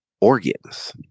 organs